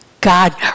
God